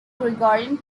gregorian